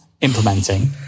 implementing